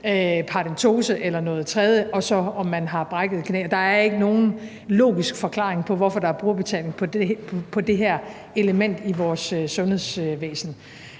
paradentose eller noget tredje, eller om man har brækket et knæ. Og der er ikke nogen logisk forklaring på, hvorfor der er brugerbetaling på det her element i vores sundhedsvæsen.